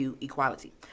equality